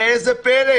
ראה זה פלא,